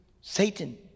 Satan